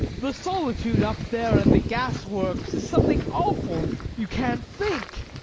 the solitude up there at the gas-works is something awful you can't think.